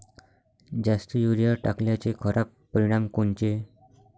जास्त युरीया टाकल्याचे खराब परिनाम कोनचे?